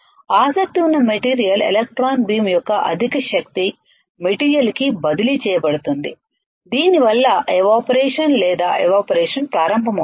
ఆసక్తి ఉన్న material electron beam యొక్క అధిక శక్తి మెటీరియల్ కి బదిలీ చేయబడుతుంది దీనివల్ల ఎవాపరేషన్ లేదా ఎవాపరేషన్ ప్రారంభమవుతుంది